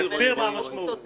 אני אסביר מה המשמעות.